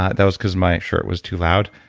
that was because my shirt was too loud.